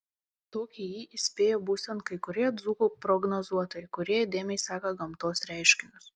tokį jį įspėjo būsiant kai kurie dzūkų prognozuotojai kurie įdėmiai seka gamtos reiškinius